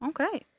Okay